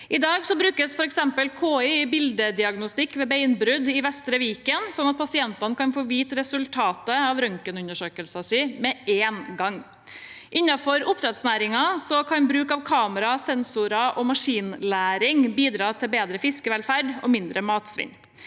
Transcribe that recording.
I dag brukes for eksempel KI i bildediagnostikk ved benbrudd i Vestre Viken, sånn at pasientene kan få vite resultatet av røntgenundersøkelsen sin med en gang. Innenfor oppdrettsnæringen kan bruk av kamera, sensorer og maskinlæring bidra til bedre fiskevelferd og mindre matsvinn.